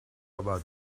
about